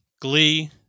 Glee